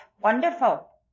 wonderful